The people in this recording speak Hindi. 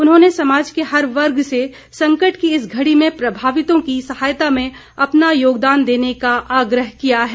उन्होंने समाज के हर वर्ग से संकट की इस घड़ी में प्रभावितों की सहायता में अपना योगदान देने का आग्रह किया है